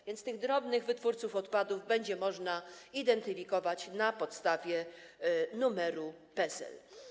A więc tych drobnych wytwórców odpadów będzie można identyfikować na podstawie numeru PESEL.